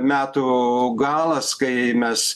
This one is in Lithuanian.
metų galas kai mes